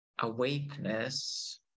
awakeness